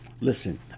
Listen